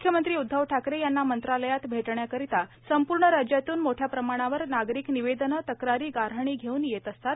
मुख्यमंत्री उदधव ठाकरे यांना मंत्रालयात भेटण्याकरिता संपूर्ण राज्यातून मोठ्या प्रमाणावर नागरिक निवेदने तक्रारी गाऱ्हाणी घेवून येत असतात